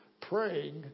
praying